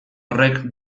horrek